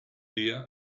día